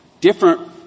different